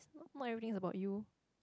not everything's about you